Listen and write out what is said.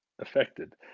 affected